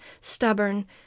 stubborn